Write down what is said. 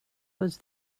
was